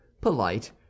polite